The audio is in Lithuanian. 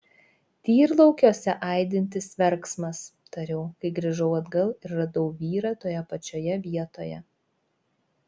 tyrlaukiuose aidintis verksmas tariau kai grįžau atgal ir radau vyrą toje pačioje vietoje